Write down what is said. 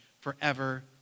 forever